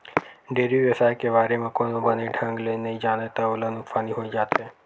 dairy बेवसाय के बारे म कोनो बने ढंग ले नइ जानय त ओला नुकसानी होइ जाथे